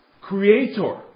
creator